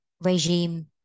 regime